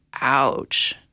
Ouch